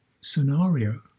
scenario